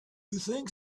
think